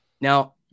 Now